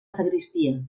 sagristia